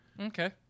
Okay